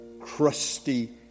crusty